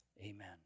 Amen